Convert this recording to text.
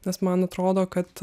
nes man atrodo kad